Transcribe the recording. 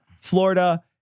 Florida